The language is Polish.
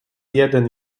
jeden